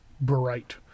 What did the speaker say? bright